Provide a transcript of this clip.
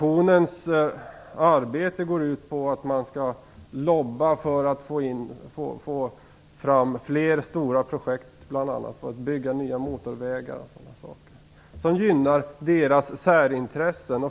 Föreningens arbete går ut på att bedriva lobbying för att få fram fler stora projekt, bl.a. för att bygga nya motorvägar, som gynnar dess särintressen.